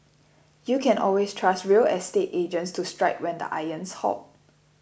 you can always trust real estate agents to strike when the iron's hot